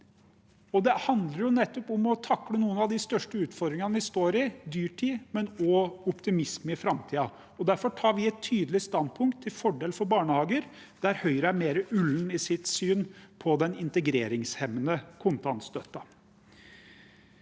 Det handler nettopp om å takle noen av de største utfordringene vi står i: dyrtid, men også optimisme for framtiden. Derfor tar vi et tydelig standpunkt til fordel for barnehager der Høyre er mer ulne i sitt syn på den integreringshemmende kontantstøtten.